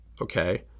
okay